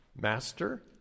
Master